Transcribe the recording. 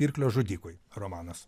pirklio žudikui romanas